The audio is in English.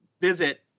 visit